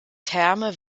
terme